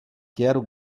quero